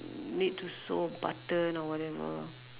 need to sew a button or whatever